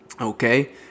okay